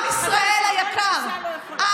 עם ישראל היקר,